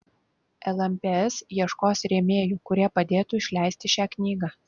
lmps ieškos rėmėjų kurie padėtų išleisti šią knygą